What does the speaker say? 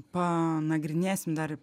panagrinėsim dar